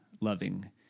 loving